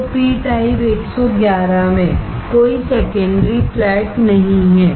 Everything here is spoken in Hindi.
तो पी टाइप 111 में कोई सेकेंडरी फ्लैट नहीं है